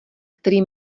který